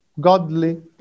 godly